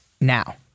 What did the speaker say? now